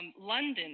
London